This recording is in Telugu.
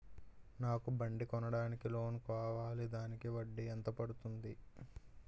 నాకు బండి కొనడానికి లోన్ కావాలిదానికి వడ్డీ ఎంత పడుతుంది?